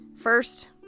First